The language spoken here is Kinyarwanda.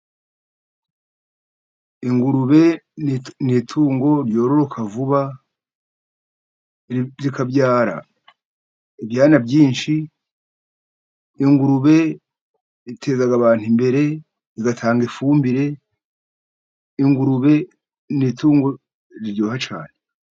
Ingurube n'itungo ryororoka vuba, rikabyara ibyana byinshi, ingurube iteza abantu imbere itanga ifumbire, ingurube n'itungo riryoha cyane.